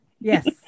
Yes